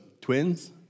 twins